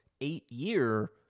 eight-year